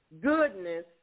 goodness